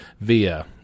via